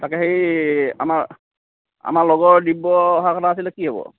তাকে হেৰি আমাৰ আমাৰ লগৰ দিব্য অহা কথা আছিলে কি হ'ব